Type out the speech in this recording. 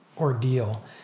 ordeal